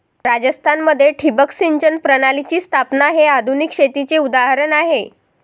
राजस्थान मध्ये ठिबक सिंचन प्रणालीची स्थापना हे आधुनिक शेतीचे उदाहरण आहे